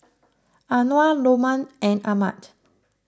Anuar Lokman and Ahmad